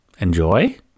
enjoy